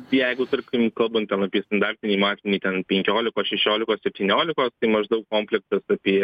jeigu tarkim kalbant ten apie standartinį matmenį ten penkiolikos šešiolikos septyniolikos tai maždaug komplektas apie